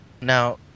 Now